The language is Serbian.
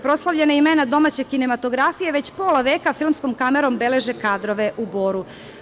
Proslavljena imena domaće kinematografije već pola veka filmskom kamerom beleže kadrove u Boru.